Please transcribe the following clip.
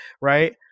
Right